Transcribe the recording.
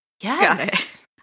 Yes